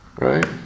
right